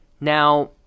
Now